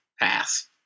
Pass